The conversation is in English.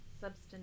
substance